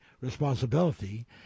responsibility